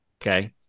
Okay